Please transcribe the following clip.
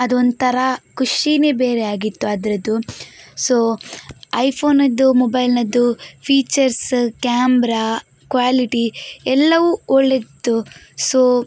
ಅದು ಒಂಥರ ಖುಷಿನೆ ಬೇರೆಯಾಗಿತ್ತು ಅದರದ್ದು ಸೊ ಐ ಫೋನದ್ದು ಮೊಬೈಲಿನದ್ದು ಫೀಚರ್ಸ್ ಕ್ಯಾಮ್ರಾ ಕ್ವಾಲಿಟಿ ಎಲ್ಲವು ಒಳ್ಳೆದಿತ್ತು ಸೊ